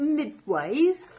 midways